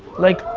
like,